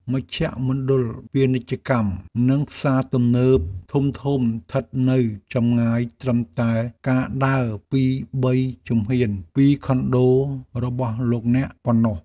មជ្ឈមណ្ឌលពាណិជ្ជកម្មនិងផ្សារទំនើបធំៗស្ថិតនៅចម្ងាយត្រឹមតែការដើរពីរបីជំហានពីខុនដូរបស់លោកអ្នកប៉ុណ្ណោះ។